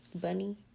Bunny